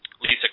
Lisa